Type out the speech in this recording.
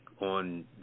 on